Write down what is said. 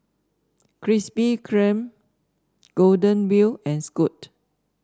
Krispy Kreme Golden Wheel and Scoot